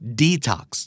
detox